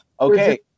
Okay